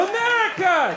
America